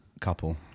couple